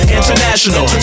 international